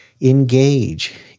engage